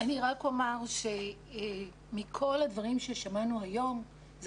אני רק אומר שמכל הדברים ששמענו היום זה